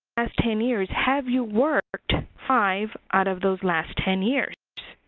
last ten years, have you worked five out of those last ten years?